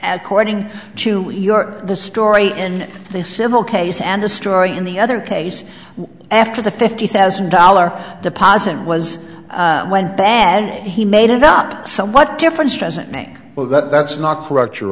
ccording to your the story in the civil case and the story in the other case after the fifty thousand dollars deposit was went back and he made it up some what difference does it make well that that's not correct you